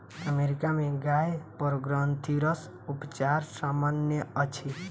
America में गाय पर ग्रंथिरस उपचार सामन्य अछि